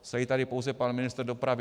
Sedí tady pouze pan ministr dopravy.